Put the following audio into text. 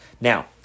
Now